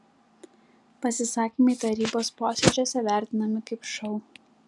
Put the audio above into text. pasisakymai tarybos posėdžiuose vertinami kaip šou